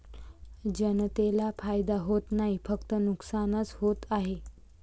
जनतेला फायदा होत नाही, फक्त नुकसानच होत आहे